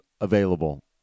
available